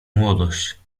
młodość